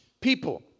people